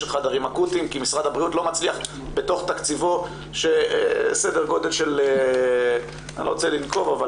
חדרים אקוטיים כי משרד הבריאות לא מצליח בתוך תקציבו שאני לא רוצה לנקוב,